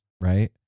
right